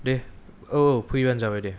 दे औ औ फैबानो जाबाय दे